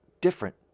different